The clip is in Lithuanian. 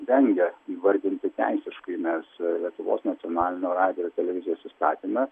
vengia įvardinti teisiškai nes lietuvos nacionalinio radijo televizijos įstatyme